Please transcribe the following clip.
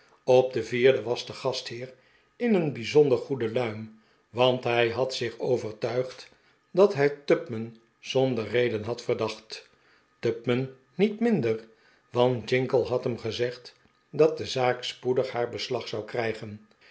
op den vierden was de gastheer in een bijzonder goede luim want hij had zich overtuigd dat hij tupman zonder reden had verdacht tupman niet minder want jingle had hem gezegd dat de zaak spoedig haar beslag zou krijgen